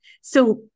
So-